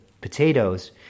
potatoes